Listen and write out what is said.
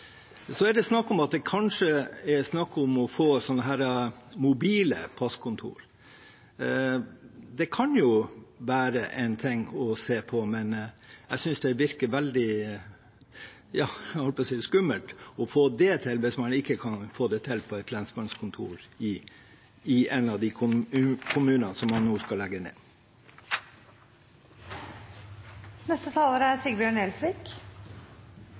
Så er det kanskje snakk om å få mobile passkontor. Det kan jo være noe å se på, men jeg synes det virker veldig skummelt – holdt jeg på å si – å få det til hvis man ikke kan få det til på et lensmannskontor i en av de kommunene der man nå skal legge dette ned.